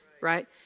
Right